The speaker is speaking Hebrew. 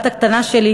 סגן השר,